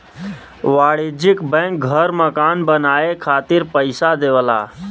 वाणिज्यिक बैंक घर मकान बनाये खातिर पइसा देवला